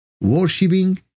worshipping